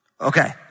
Okay